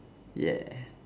yeah